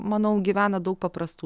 manau gyvena daug paprastų